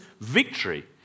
victory